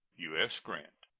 u s. grant.